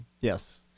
Yes